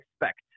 expect